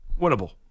winnable